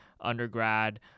undergrad